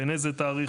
בין איזה תאריכים.